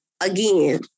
again